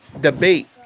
debate